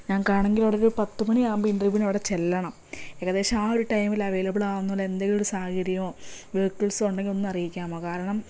ഞങ്ങൾക്കാണെങ്കിൽ അവിടെ ഒരു പത്ത് മണിയാകുമ്പോൾ ഇൻറ്റർവ്യൂവിന് അവിടെ ചെല്ലണം ഏകദേശം ആ ഒരു ടൈമിൽ അവൈലബിളാകുന്നപോലെ എന്തേലും ഒരു സാഹചര്യമോ വെഹിക്കിൾസോ ഉണ്ടെങ്കിൽ ഒന്നറിയിക്കാമോ കാരണം